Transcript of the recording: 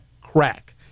crack